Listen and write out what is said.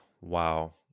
Wow